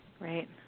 Right